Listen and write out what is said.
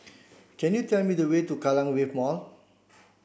can you tell me the way to Kallang Wave Mall